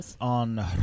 On